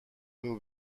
will